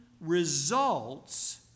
results